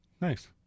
Nice